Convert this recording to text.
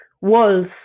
walls